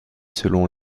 selon